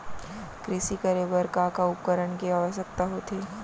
कृषि करे बर का का उपकरण के आवश्यकता होथे?